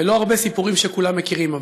ולא הרבה סיפורים שכולם מכירים.